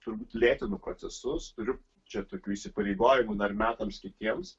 turbūt lėtinu procesus turiu čia tokių įsipareigojimų dar metams kitiems